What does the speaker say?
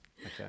Okay